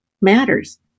matters